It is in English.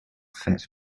fat